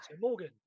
Morgan